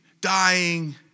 dying